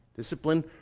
Discipline